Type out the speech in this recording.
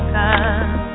time